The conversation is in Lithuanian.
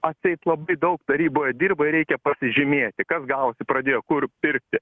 atseit labai daug taryboje dirba ir reikia pasižymėti kas gavosi pradėjo kur pirkti